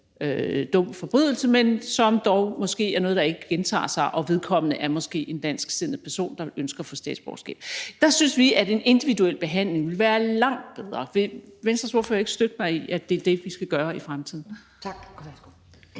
som dog er noget, der måske ikke gentager sig, og vedkommende er måske en dansksindet person, der ønsker at få statsborgerskab. Der synes vi i hvert fald, at en individuel behandling ville være langt bedre. Vil Venstres ordfører støtte mig i, at det er det, vi skal gøre i fremtiden? Kl.